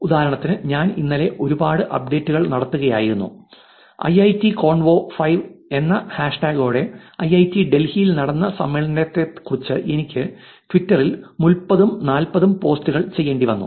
ഉദാഹരണത്തിന് ഞാൻ ഇന്നലെ ഒരുപാട് അപ്ഡേറ്റുകൾ നടത്തുകയായിരുന്നു ഐ ഐ റ്റി കോൺവോ എന്ന ഹാഷ് ടാഗോടെ ഐ ഐ റ്റി ഡൽഹി ൽ നടന്ന സമ്മേളനത്തെക്കുറിച്ച് എനിക്ക് ട്വിറ്ററിൽ മുപ്പതും നാൽപതും പോസ്റ്റുകൾ ചെയ്യേണ്ടി വന്നു